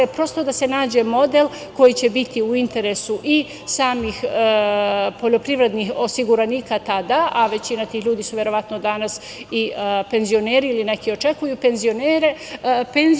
Prosto da se nađe model koji će biti u interesu i samih poljoprivrednih osiguranika, tada, a većina tih ljudi su danas penzioneri ili neki očekuju penziju.